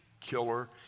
Killer